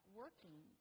working